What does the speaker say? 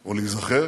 או להיזכר